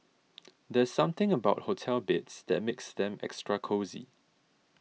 there's something about hotel beds that makes them extra cosy